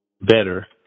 better